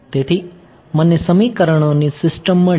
તેથી મને સમીકરણોની સિસ્ટમ મળી